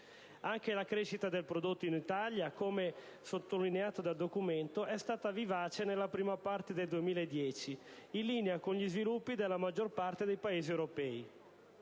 Anche la crescita del prodotto in Italia, come sottolineato dal Documento, è stata vivace nella prima parte del 2010, in linea con gli sviluppi della maggior parte dei Paesi europei: